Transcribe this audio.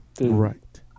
Right